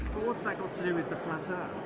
what's that got to do with the flat earth?